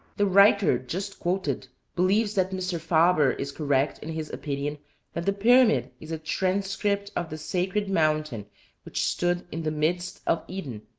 the writer just quoted believes that mr. faber is correct in his opinion that the pyramid is a transcript of the sacred mountain which stood in the midst of eden,